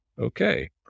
okay